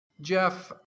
Jeff